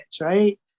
right